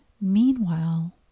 meanwhile